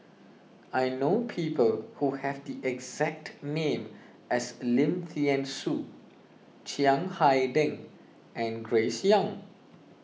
I know people who have the exact name as Lim thean Soo Chiang Hai Ding and Grace Young